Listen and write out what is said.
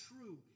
true